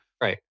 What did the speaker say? right